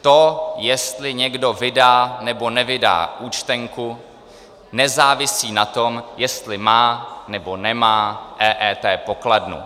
To, jestli někdo vydá nebo nevydá účtenku, nezávisí na tom, jestli má nebo nemá EET pokladnu.